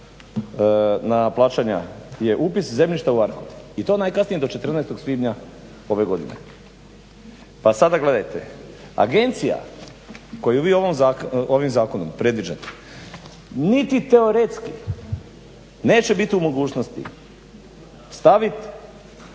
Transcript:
na plaćanja je upis zemljišta u ARKOD i to najkasnije do 14. svibnja ove godine. Pa sada gledajte, agencija koju vi ovim zakonom predviđate niti teoretski neće biti u mogućnosti staviti